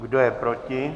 Kdo je proti?